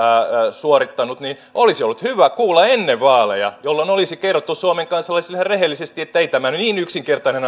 suorittanut olisi ollut hyvä kuulla ennen vaaleja jolloin olisi kerrottu suomen kansalaisille ihan rehellisesti että ei tämä niin yksinkertainen